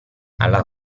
alla